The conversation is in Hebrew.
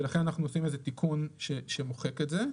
ולכן אנחנו עושים לזה תיקון שמוחק את זה.